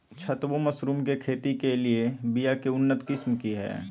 छत्ता बोया मशरूम के खेती के लिए बिया के उन्नत किस्म की हैं?